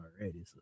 already